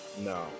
No